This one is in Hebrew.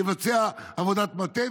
יבצע עבודת מטה".